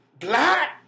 Black